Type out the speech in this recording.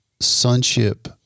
sonship